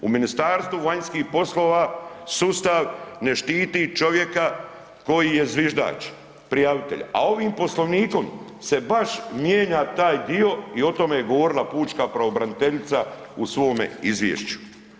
U Ministarstvu vanjskih poslova sustav ne štiti čovjeka koji je zviždač, prijavitelja, a ovim poslovnikom se baš mijenja taj dio i o tome je govorila pučka pravobraniteljica u svome izvješću.